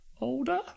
older